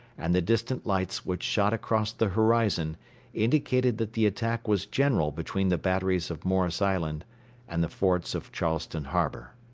and the distant lights which shot across the horizon indicated that the attack was general between the batteries of morris island and the forts of charleston harbour.